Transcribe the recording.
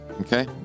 Okay